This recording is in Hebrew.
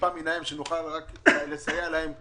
טיפה בים כדי שנוכל לסייע להם,